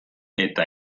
eta